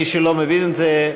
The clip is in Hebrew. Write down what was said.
מי שלא מבין את זה,